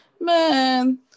man